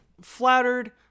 flattered